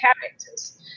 characters